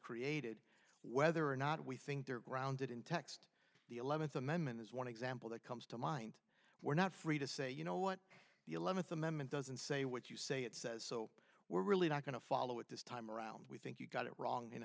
created whether or not we think they're grounded in text the eleventh amendment is one example that comes to mind we're not free to say you know what the eleventh amendment doesn't say what you say it says so we're really not going to follow it this time around we think you got it wrong in